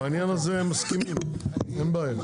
בעניין הזה מסכימים, אין בעיה.